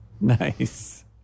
nice